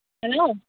hello